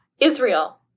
Israel